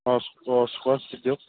অঁ স্কোৱাচ স্কোৱাচ দি দিয়ক